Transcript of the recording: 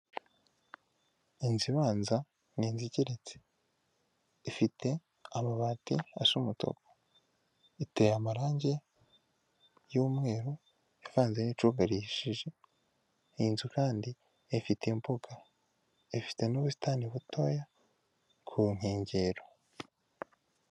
Inzu ibanza ni inzu igiretse, ifite amabati asa umutuku, iteye amarange y'umweru ivanze n'icunga rihishije, iyi nzu kandi ifite imbuga ifite n'ubusitani butoya ku nkengero.